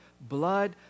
Blood